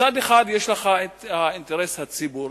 מצד אחד יש לך האינטרס הציבורי,